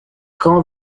called